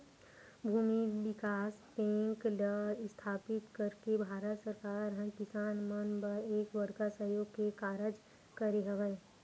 भूमि बिकास बेंक ल इस्थापित करके भारत सरकार ह किसान मन बर एक बड़का सहयोग के कारज करे हवय